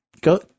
go